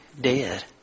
dead